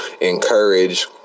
encourage